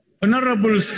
Honourable